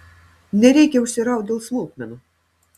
nereikia užsiraut dėl smulkmenų